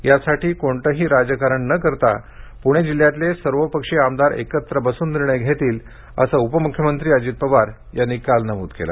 यासाठी कोणतेही राजकारण न करता पुणे जिल्ह्यातले सर्वपक्षीय आमदार एकत्र बसून निर्णय घेतील असं उपमुख्यमंत्री अजित पवार यांनी काल नमूद केलं